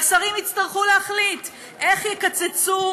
והשרים יצטרכו להחליט איך יקצצו